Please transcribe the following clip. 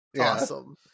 awesome